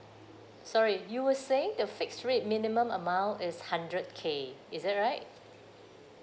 sorry you were saying the fixed rate minimum amount is hundred K is it right